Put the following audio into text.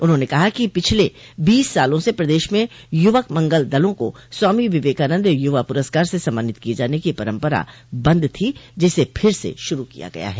उन्होंने कहा कि पिछले बीस सालों से प्रदेश में यूवक मंगल दलों को स्वामी विवेकानन्द युवा पुरस्कार से सम्मानित किये जाने की परम्परा बंद थी जिसे फिर से शुरू किया गया है